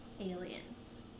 aliens